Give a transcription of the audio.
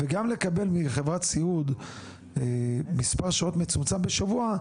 וגם לקבל מחברת סיעוד מספר שעות מצומצם בשבוע,